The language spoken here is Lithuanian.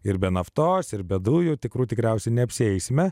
ir be naftos ir be dujų tikrų tikriausiai neapsieisime